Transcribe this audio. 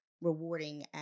rewarding